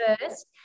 first